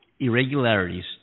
irregularities